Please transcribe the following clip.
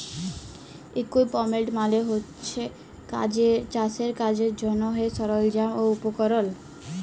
equipment মালে হছে চাষের কাজের জ্যনহে সরল্জাম আর উপকরল